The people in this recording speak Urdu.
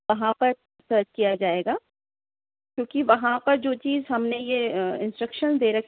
وہاں پر سرچ کیا جائے گا کیونکہ وہاں پر جو چیز ہم نے یہ انسٹرکشنس دے رکھی